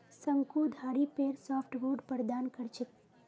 शंकुधारी पेड़ सॉफ्टवुड प्रदान कर छेक